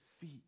feet